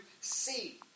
see